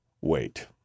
wait